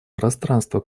пространство